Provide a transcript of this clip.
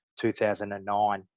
2009